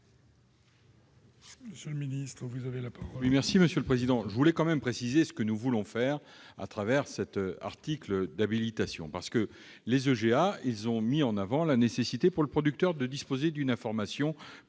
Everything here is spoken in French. Monsieur le ministre, vous avez parlé